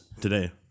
Today